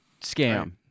scam